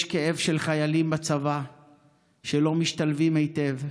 יש כאב של חיילים בצבא שלא משתלבים היטב,